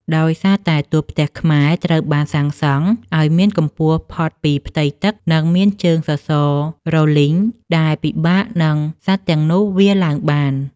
ដោយសារតែតួផ្ទះខ្មែរត្រូវបានសាងសង់ឱ្យមានកម្ពស់ផុតពីផ្ទៃទឹក និងមានជើងសសររលីងដែលពិបាកនឹងសត្វទាំងនោះវារឡើងបាន។